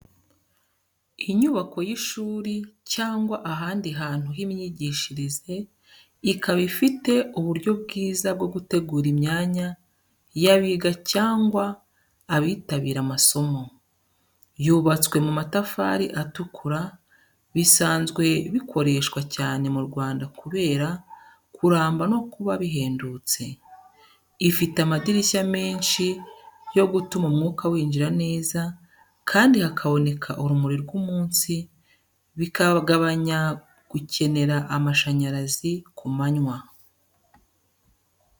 Inyubako y’ishuri cyangwa ahandi hantu h’imyigishirize, ikaba ifite uburyo bwiza bwo gutegura imyanya y’abiga cyangwa abitabira amasomo. Yubatswe mu matafari atukura, bisanzwe bikoreshwa cyane mu Rwanda kubera kuramba no kuba bihendutse. Ifite amadirishya menshi yo gutuma umwuka winjira neza kandi hakaboneka urumuri rw’umunsi, bikagabanya gukenera amashanyarazi ku manywa.